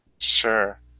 Sure